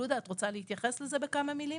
לודה, את רוצה להתייחס לזה בכמה מילים?